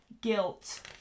guilt